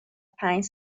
پنج